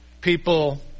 people